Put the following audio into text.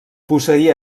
posseir